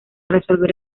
resolver